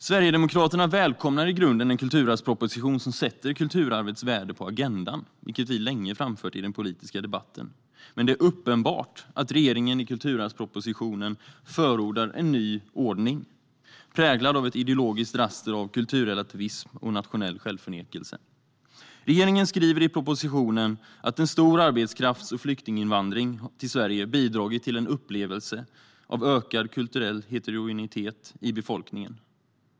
Sverigedemokraterna välkomnar i grunden en kulturarvsproposition som sätter kulturarvets värde på agendan, vilket vi länge framfört i den politiska debatten. Men det är uppenbart att regeringen i kulturarvspropositionen förordar en ny ordning, präglad av ett ideologiskt raster av kulturrelativism och nationell självförnekelse. Regeringen skriver i propositionen att en stor arbetskrafts och flyktinginvandring till Sverige har bidragit till en upplevelse av ökad kulturell heterogenitet i befolkningen.